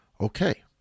Okay